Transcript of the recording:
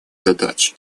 задач